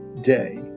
day